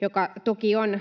joka toki on